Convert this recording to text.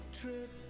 trip